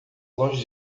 longe